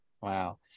Wow